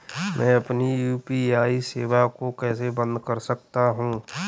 मैं अपनी यू.पी.आई सेवा को कैसे बंद कर सकता हूँ?